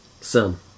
son